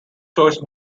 choice